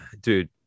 dude